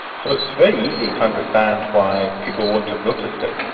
so it's very easy to understand why people wouldn't have noticed it.